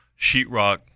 sheetrock